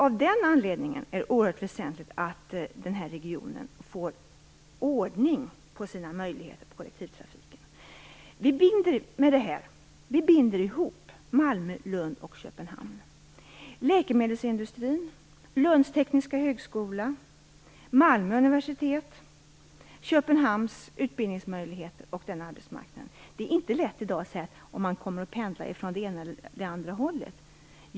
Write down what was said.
Av den anledningen är det oerhört väsentligt att denna region får ordning på sina möjligheter på kollektivtrafikens område. Vi binder ihop Malmö, Lund och Köpenhamn: Läkemedelsindustrin, Lunds tekniska högskola, Malmö universitet och Köpenhamns utbildningsmöjligheter och arbetsmarknad. Det är i dag inte lätt att säga om folk kommer att pendla åt det ena eller det andra hållet.